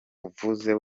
uvuze